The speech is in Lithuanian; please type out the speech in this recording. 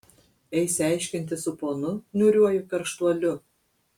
eisi aiškintis su ponu niūriuoju karštuoliu